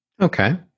Okay